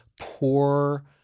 poor